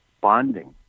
bonding